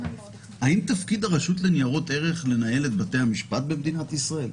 האם התפקיד של רשות ניירות ערך לנהל את בתי המשפט במדינת ישראל?